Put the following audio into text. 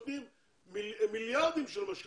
אך עדיין קיימים פערים בשכר הממוצע בין משק